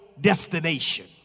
destination